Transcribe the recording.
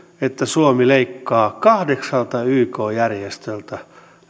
että suomi leikkaa kahdeksalta yk järjestöltä